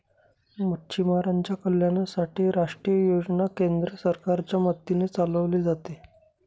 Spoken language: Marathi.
मच्छीमारांच्या कल्याणासाठी राष्ट्रीय योजना केंद्र सरकारच्या मदतीने चालवले जाते